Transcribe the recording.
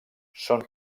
són